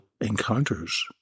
encounters